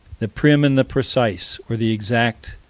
the prim and the precise, or the exact,